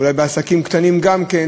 אולי על עסקים קטנים גם כן,